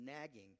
nagging